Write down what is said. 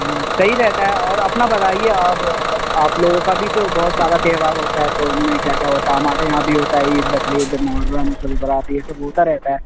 صحیح رہتا ہے اور اپنا بتائیے اور آپ لوگوں کا بھی تو بہت سارا تہوار ہوتا ہے تو ان میں کیا کیا ہوتا ہے ہمارے یہاں بھی ہوتا ہے عید بقرعید محرم سب برات یہ سب ہوتا رہتا ہے